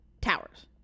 towers